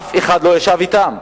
אף אחד לא ישב אתם.